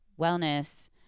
wellness